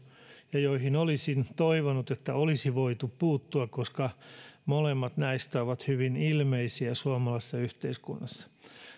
ja joihin olisin toivonut että olisi voitu puuttua koska molemmat näistä ovat hyvin ilmeisiä suomalaisessa yhteiskunnassa